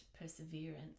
perseverance